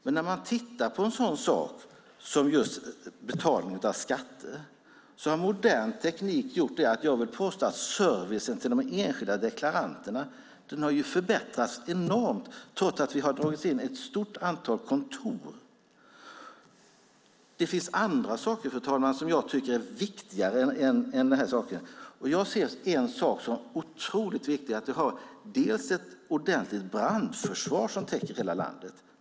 Men när man tittar på en sådan sak som just betalning av skatter vill jag påstå att modern teknik har gjort att servicen till de enskilda deklaranterna har förbättrats enormt trots att vi har dragit in ett stort antal kontor. Det finns andra saker, fru talman, som jag tycker är viktigare än detta. En sak som är otroligt viktig är att vi har ett ordentligt brandförsvar som täcker hela landet.